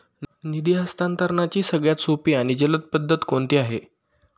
निधी हस्तांतरणाची सगळ्यात सोपी आणि जलद पद्धत कोणती आहे?